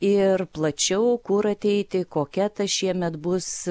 ir plačiau kur ateiti kokia ta šiemet bus